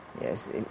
Yes